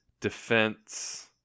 defense